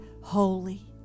holy